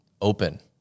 open